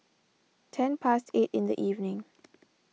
ten past eight in the evening